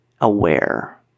aware